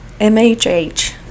MHH